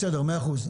מאה אחוז.